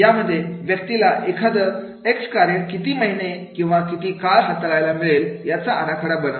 यामध्ये व्यक्तीला एखादं एक्स कार्य किती महिने किंवा किती काळ हाताळायला मिळेल याचा आराखडा बनवणे